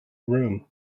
room